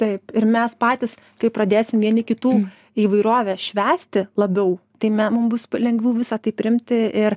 taip ir mes patys kai pradėsim vieni kitų įvairovę švęsti labiau tai mums bus pa lengviau visa tai priimti ir